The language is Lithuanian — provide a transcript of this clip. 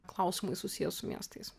klausimai susiję su miestais